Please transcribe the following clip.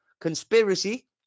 conspiracy